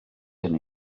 gen